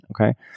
okay